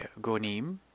Gonim